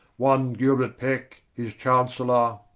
one gilbert pecke, his councellour